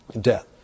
Death